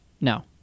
No